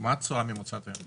מה התשואה הממוצעת היום?